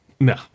No